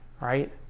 right